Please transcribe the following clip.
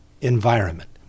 environment